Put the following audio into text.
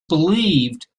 believed